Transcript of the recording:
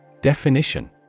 Definition